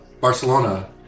Barcelona